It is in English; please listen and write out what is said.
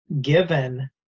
given